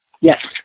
Yes